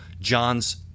John's